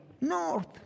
north